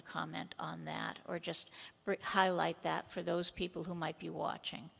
to comment on that or just highlight that for those people who might be watching